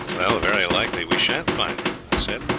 well, very likely we shan't find them i said,